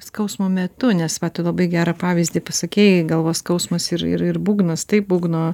skausmo metu nes va tu labai gerą pavyzdį pasakei galvos skausmas ir ir ir būgnas tai būgno